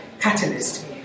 catalyst